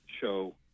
show